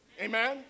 Amen